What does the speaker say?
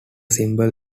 symbol